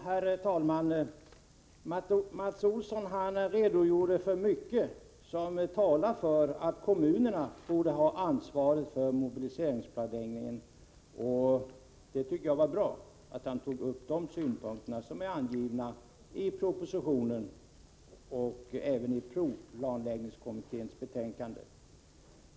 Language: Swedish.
Herr talman! Mats Olsson redogjorde för mycket som talar för att kommunerna borde ha ansvaret för mobiliseringsplaneringen, och jag tycker det var bra att han tog upp dessa synpunkter, som finns framförda i propositionen och även i provplanläggningskommitténs betänkande.